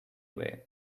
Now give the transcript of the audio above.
way